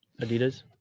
Adidas